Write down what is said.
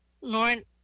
lauren